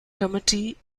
committee